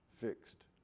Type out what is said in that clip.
fixed